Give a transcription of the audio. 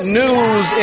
news